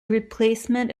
replacement